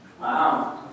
Wow